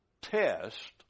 test